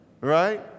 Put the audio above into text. Right